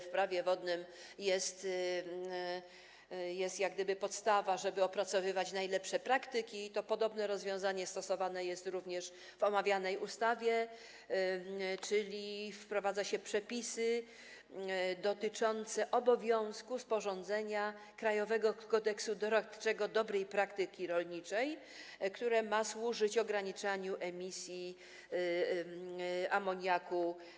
W Prawie wodnym jest podstawa, żeby opracowywać najlepsze praktyki, i podobne rozwiązanie zastosowane jest również w omawianej ustawie, czyli wprowadza się przepisy dotyczące obowiązku sporządzenia krajowego kodeksu doradczego dobrej praktyki rolniczej, który ma służyć ograniczaniu emisji amoniaku.